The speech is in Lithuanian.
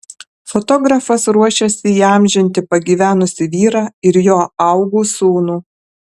fotografas ruošiasi įamžinti pagyvenusį vyrą ir jo augų sūnų